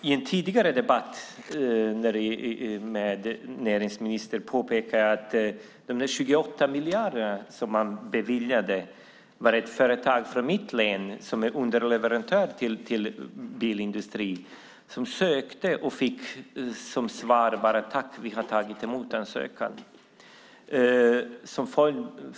Beträffande de 28 miljarder som beviljades påpekade jag i en tidigare debatt med näringsministern att ett företag i mitt hemlän, som är underleverantör till bilindustrin, sökte pengar och fick bara till svar att tack, vi har tagit emot er ansökan.